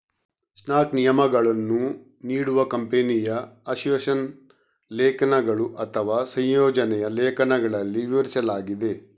ಸ್ಟಾಕ್ನ ನಿಯಮಗಳನ್ನು ನೀಡುವ ಕಂಪನಿಯ ಅಸೋಸಿಯೇಷನ್ ಲೇಖನಗಳು ಅಥವಾ ಸಂಯೋಜನೆಯ ಲೇಖನಗಳಲ್ಲಿ ವಿವರಿಸಲಾಗಿದೆ